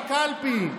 בקלפי.